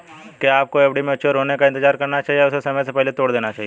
क्या आपको एफ.डी के मैच्योर होने का इंतज़ार करना चाहिए या उन्हें समय से पहले तोड़ देना चाहिए?